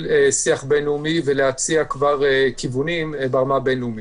שיח בין לאומי וכבר להציע כיוונים ברמה הבין לאומית.